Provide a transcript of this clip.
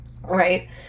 right